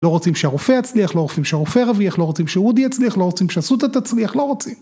לא רוצים שהרופא יצליח, לא רוצים שהרופא ירוויח, לא רוצים שאודי יצליח, לא רוצים שאסותא תצליח, לא רוצים.